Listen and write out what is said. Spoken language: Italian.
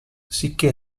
sicché